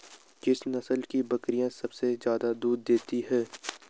किस नस्ल की बकरीयां सबसे ज्यादा दूध देती हैं?